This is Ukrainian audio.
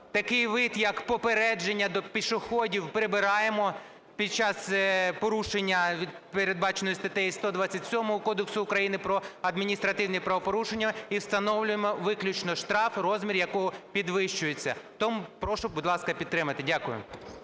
такий вид, як попередження до пішоходів, прибираємо під час порушення, передбаченого статтею 127 Кодексу України про адміністративні правопорушення, і встановлюємо виключно штраф, розмір якого підвищується. Тому прошу, будь ласка, підтримати. Дякую.